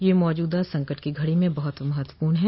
यह मौजूदा संकट की घड़ी में बहुत महत्वपूर्ण है